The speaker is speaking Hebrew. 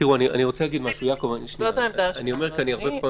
זאת העמדה שלנו, אדוני.